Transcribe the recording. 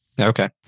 Okay